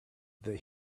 that